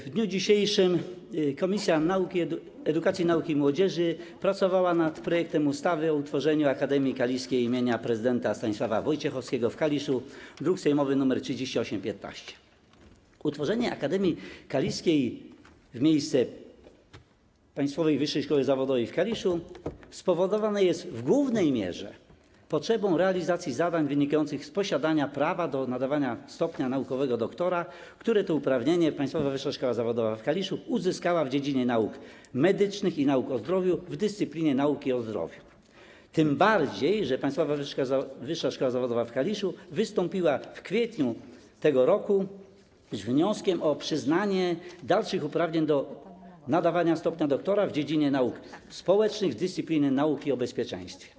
W dniu dzisiejszym Komisja Edukacji, Nauki i Młodzieży pracowała nad projektem ustawy o utworzeniu Akademii Kaliskiej im. Prezydenta Stanisława Wojciechowskiego w Kaliszu, druk nr 3815. Utworzenie Akademii Kaliskiej w miejsce Państwowej Wyższej Szkoły Zawodowej w Kaliszu spowodowane jest w głównej mierze potrzebą realizacji zadań wynikających z posiadania prawa do nadawania stopnia naukowego doktora, które to uprawnienie Państwowa Wyższa Szkoła Zawodowa w Kaliszu uzyskała w dziedzinie nauk medycznych i nauk o zdrowiu w dyscyplinie nauki o zdrowiu, tym bardziej że Państwa Wyższa Szkoła Zawodowa w Kaliszu wystąpiła w kwietniu tego roku z wnioskiem o przyznanie dalszych uprawnień do nadawania stopnia doktora w dziedzinie nauk społecznych w dyscyplinie nauki o bezpieczeństwie.